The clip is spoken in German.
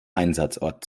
einsatzort